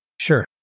Sure